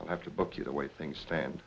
i have to book you the way things stand